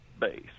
base